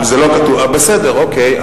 בסדר, אוקיי.